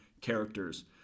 characters